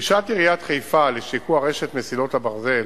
לדרישת עיריית חיפה לשיקוע רשת מסילות הברזל